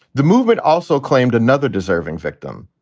the movement also claimed another deserving victim,